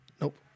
Nope